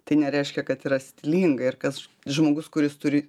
tai nereiškia kad yra stilinga ir kas žmogus kuris turi